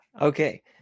Okay